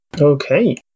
Okay